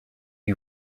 you